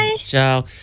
Ciao